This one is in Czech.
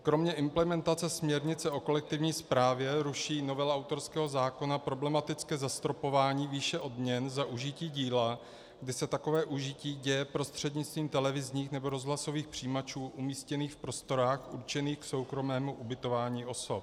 Kromě implementace směrnice o kolektivní správě ruší novela autorského zákona problematické zastropování výše odměn za užití díla, kdy se takové užití děje prostřednictvím televizních nebo rozhlasových přijímačů umístěných v prostorách určených k soukromému ubytování osob.